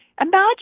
imagine